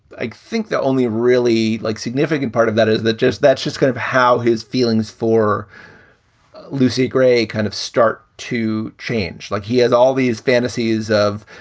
i think the only really like significant part of the. is that just that's just kind of how his feelings for lucy gray kind of start to change, like he has all these fantasies of,